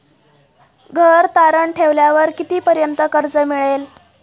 घर तारण ठेवल्यावर कितीपर्यंत कर्ज मिळेल?